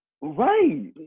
Right